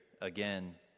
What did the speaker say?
again